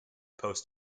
post